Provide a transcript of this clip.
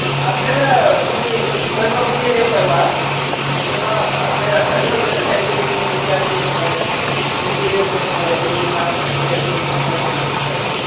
आपल्याला तुम्ही घर बघून गेले परवा तेव्हा आपल्या ठरलं होतं ना काहीतरी तुम्ही विचार करून ठेवाल इंटीरियर कसं करायचं आहे किंवा खोल्यांमध्ये कसं काय चेंजेस करायचे